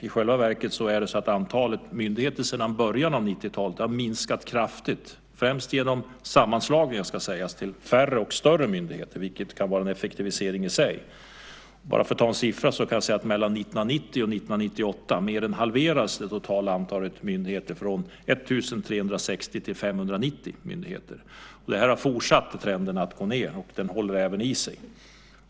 I själva verket är det så att antalet myndigheter sedan början av 90-talet har minskat kraftigt, främst genom sammanslagningar, ska sägas, till färre och större myndigheter, vilket kan vara en effektivisering i sig. För att ta en siffra kan jag säga att mellan 1990 och 1998 mer än halverades det totala antalet myndigheter från 1 360 till 590 myndigheter. Trenden att siffran går ned har fortsatt, och den håller i sig.